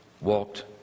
walked